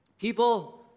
People